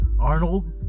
Arnold